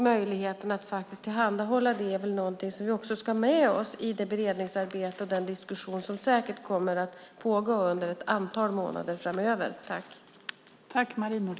Möjligheten att tillhandahålla det är någonting som vi ska ta med oss i det beredningsarbete och den diskussion som säkert kommer att pågå under ett antal månader framöver.